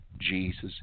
Jesus